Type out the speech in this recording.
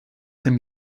dem